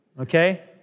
okay